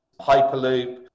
Hyperloop